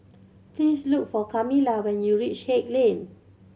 please look for Kamilah when you reach Haig Lane